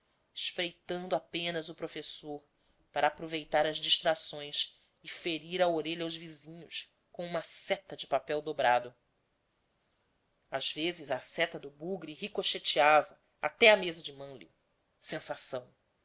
espreitando apenas o professor para aproveitar as distrações e ferir a orelha aos vizinhos com uma seta de papel dobrado às vezes a seta do bugre ricochetava até à mesa de mânlio sensação